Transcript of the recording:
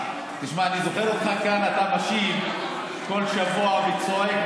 אני זוכר אותך כאן משיב כל שבוע וצועק,